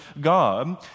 God